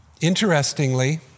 Interestingly